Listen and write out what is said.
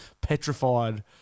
petrified